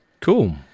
Cool